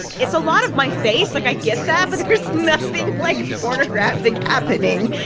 it's a lot of my face, like i get that. but there's nothing like pornographic happening.